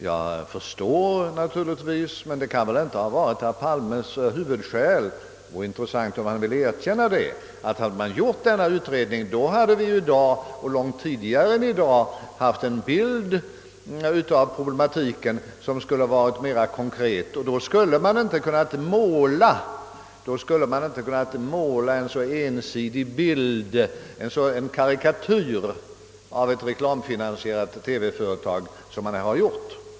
Jag förstår naturligtvis — det kan väl inte ha varit herr Palmes huvudskäl, men det vore intressant om han ändå ville erkänna det — att om man hade gjort denna utredning, skulle vi i dag och långt tidigare än i dag ha haft en mera konkret bild av problematiken, och då skulle man inte ha kunnat måla en så ensidig karikatyr av ett reklamfinansierat företag som man här har gjort.